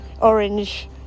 orange